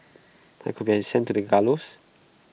I could have been sent to the gallows